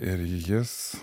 ir jis